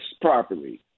properly